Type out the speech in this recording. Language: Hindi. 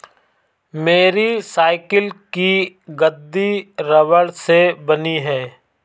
मेरी साइकिल की गद्दी रबड़ से बनी है